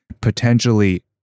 potentially